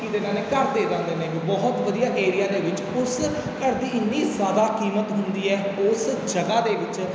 ਕੀ ਦੇ ਜਾਂਦੇ ਨੇ ਘਰ ਦੇ ਜਾਂਦੇ ਨੇ ਬਹੁਤ ਵਧੀਆ ਏਰੀਆ ਦੇ ਵਿੱਚ ਉਸ ਘਰ ਦੀ ਇੰਨੀ ਜ਼ਿਆਦਾ ਕੀਮਤ ਹੁੰਦੀ ਹੈ ਉਸ ਜਗ੍ਹਾ ਦੇ ਵਿੱਚ